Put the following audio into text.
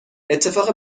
اتفاق